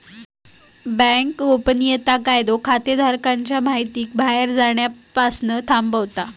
bank गोपनीयता कायदो खाताधारकांच्या महितीक बाहेर जाण्यापासना थांबवता